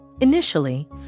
Initially